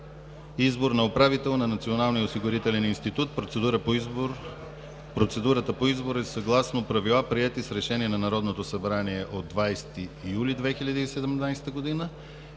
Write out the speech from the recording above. Избор на управител на Националния осигурителен институт (Процедурата по избор е съгласно правила, приети с Решение на Народното събрание от 20 юли 2017 г.).